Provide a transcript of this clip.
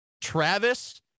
Travis